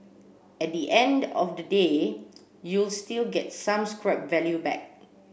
at the end of the day you'll still get some scrap value back